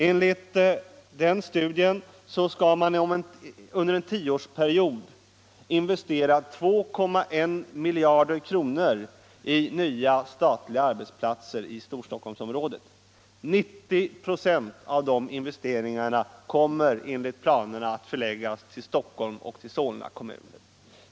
Enligt den studien skall man under en tioårsperiod investera 2,1 miljarder kronor i nya arbetsplatser inom Storstockholmsområdet. 90 ".» av de investeringarna kommer enligt planerna att göras i Stockholms och Solna kommuner.